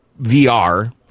VR